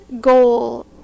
goal